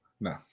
No